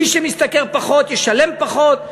מי שמשתכר פחות ישלם פחות,